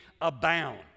abound